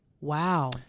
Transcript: wow